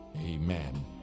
Amen